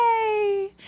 Yay